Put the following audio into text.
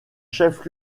chef